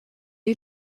est